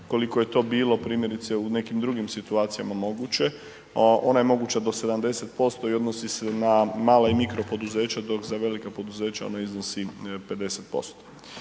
koliko je to bilo primjerice u nekim drugim situacijama moguće, ona je moguća do 70% i odnosi se na mala i mikro poduzeća, dok za velika poduzeća ona iznosi 50%.